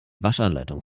waschanleitung